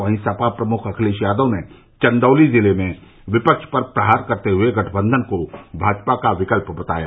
वहीं सपा प्रमुख अखिलेश यादव ने चन्दौली जिले में विपक्ष पर प्रहार करते हुए गठबंधन को भाजपा का विकल्प बताया